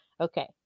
Okay